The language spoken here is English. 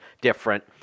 different